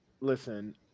Listen